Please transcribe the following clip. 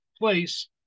place